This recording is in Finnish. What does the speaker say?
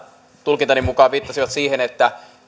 tulkintani mukaan viittasivat siihen että